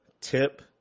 tip